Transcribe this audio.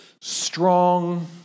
strong